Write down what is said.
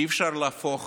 כי אי-אפשר להפוך